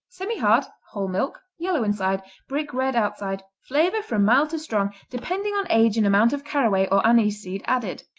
semihard whole milk yellow inside, brick-red outside flavor from mild to strong, depending on age and amount of caraway or anise seed added.